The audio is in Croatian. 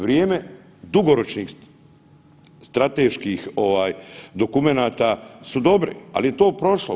Vrijeme dugoročnih strateških dokumenata su dobri, ali je to prošlo.